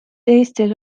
eestil